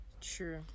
true